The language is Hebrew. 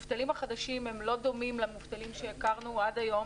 המובטלים החדשים לא דומים למובטלים שהכרנו עד היום,